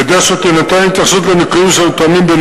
כדי שתינתן התייחסות לניכויים שמתואמים בין